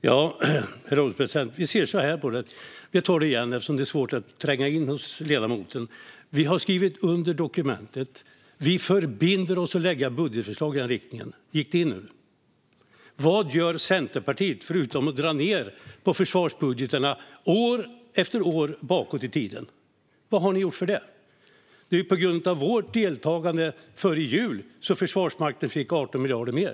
Herr ålderspresident! Vi ser så här på det, och jag tar det igen eftersom det har svårt att tränga in hos ledamoten: Vi har skrivit under dokumentet. Vi förbinder oss att lägga budgetförslag i den riktningen. Gick det in nu? Vad gör Centerpartiet förutom att dra ned på försvarsbudgeterna, år efter år bakåt i tiden? Det är ju på grund av vårt deltagande före jul som Försvarsmakten fick 18 miljarder mer.